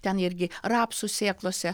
ten irgi rapsų sėklose